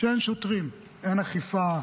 שאין שוטרים, אין אכיפה,